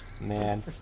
man